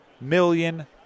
million